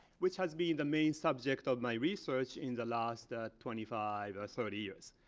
which has been the main subject of my research in the last ah twenty five or thirty years.